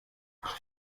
nach